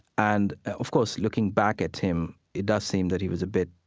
and, of course, looking back at him, it does seem that he was a bit,